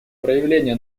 проявление